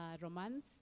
romance